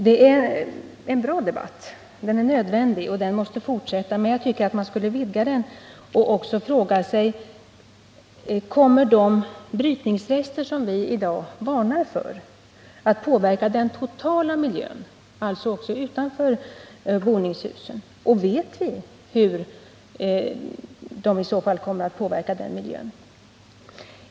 Det ären bra debatt. Den är nödvändig, och den måste fortsätta, men jag tycker att man borde vidga den och också ställa frågan: Kommer de brytningsrester som det i dag varnas för att påverka den totala miljön, alltså också utanför boningshusen? Och vet vi hur de i så fall kommer att påverka den miljön?